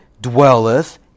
dwelleth